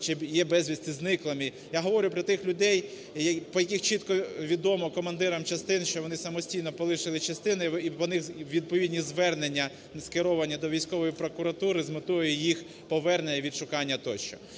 чи є безвісти зниклими, я говорю про тих людей, про яких чітко відомо командирам частин, що вони самостійно полишили частини і по них відповідні звернення скеровані до військової прокуратури з метою їх повернення, відшукання тощо.